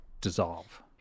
dissolve